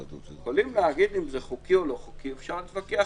יכולים לומר אם זה חוקי או לא חוקי ואפשר להתווכח